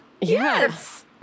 Yes